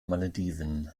malediven